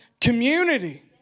community